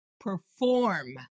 perform